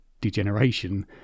degeneration